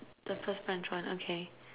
the first okay